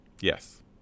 Yes